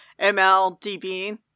MLDB